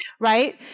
right